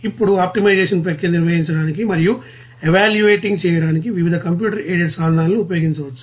ఇప్పుడు ఆప్టిమైజేషన్ ప్రక్రియను నిర్వహించడానికి మరియు ఎవాల్యూయేటింగ్ చేయడానికి వివిధ కంప్యూటర్ ఎయిడెడ్ సాధనాలను ఉపయోగించవచ్చు